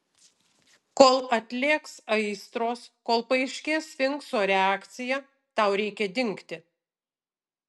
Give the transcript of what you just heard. kol atlėgs aistros kol paaiškės sfinkso reakcija tau reikia dingti